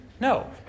No